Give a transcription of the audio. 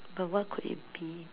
but what could it be